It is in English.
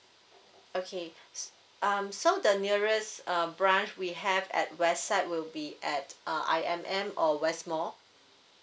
okay um so the nearest uh branch we have at west side will be at uh I_M_M or west mall